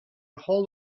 whole